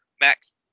Max